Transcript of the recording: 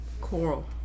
Coral